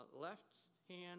left-hand